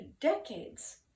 decades